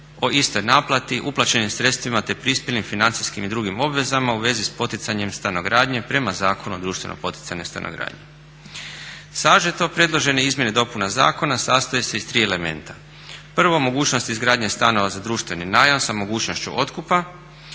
o istoj naplati, uplaćenim sredstvima te prispjelim financijskim i drugim obvezama u vezi sa poticanjem stanogradnje prema Zakonu o društveno poticajnoj stanogradnji. Sažeto, predložene izmjene i dopune zakona sastoje se iz tri elementa. Prvo, mogućnost izgradnje stanova za društveni najam sa mogućnošću otkupa.